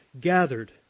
gathered